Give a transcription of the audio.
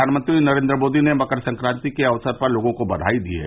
प्रधानमंत्री नरेन्द्र मोदी ने मकर संक्रान्ति के अवसर पर लोगों को बघाई दी है